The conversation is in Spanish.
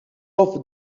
off